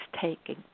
taking